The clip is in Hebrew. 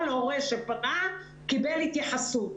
כל הורה שפנה קיבל התייחסות,